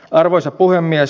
arvoisa puhemies